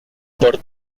por